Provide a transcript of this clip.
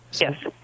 yes